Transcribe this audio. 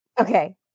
Okay